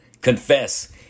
confess